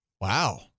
Wow